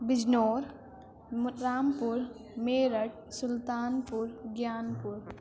Bijnor Rampur Meerut Sultanpur گیان پور